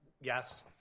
yes